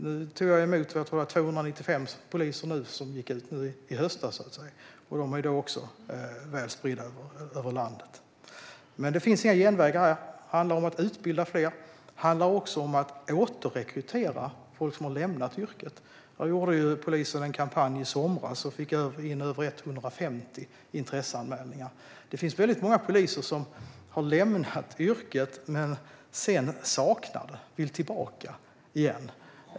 Nu tog jag emot 295 poliser som gick ut i höstas, och de är väl spridda över landet. Det finns inga genvägar här. Det handlar om att utbilda fler, och det handlar också om att återrekrytera folk som har lämnat yrket. Här genomförde polisen en kampanj i somras och fick in över 150 intresseanmälningar. Det finns många poliser som har lämnat yrket men sedan saknar det och vill tillbaka.